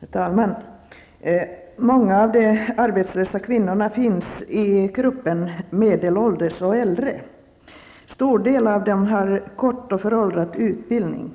Herr talman! Många av de arbetslösa kvinnorna finns i gruppen medelålders och äldre. En stor del av dessa har en kort och föråldrad utbildning.